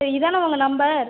இதுதான உங்கள் நம்பர்